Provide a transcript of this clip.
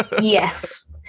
Yes